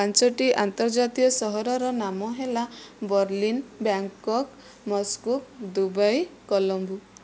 ପାଞ୍ଚଟି ଅନ୍ତର୍ଜାତୀୟ ସହରର ନାମ ହେଲା Berlin Bangkok Moscow Dubai Colombo